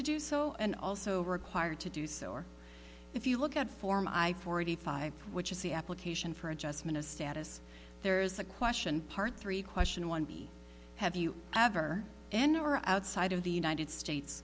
to do so and also required to do so or if you look at former i forty five which is the application for adjustment of status there is a question part three question one have you ever an hour outside of the united states